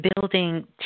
building